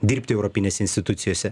dirbti europinėse institucijose